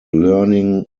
learning